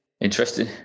interesting